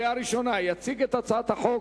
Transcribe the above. לוועדת הכספים נתקבלה.